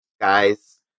guys